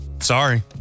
Sorry